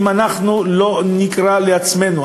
אם אנחנו לא נקרא לעצמנו,